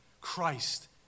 Christ